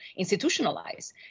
institutionalize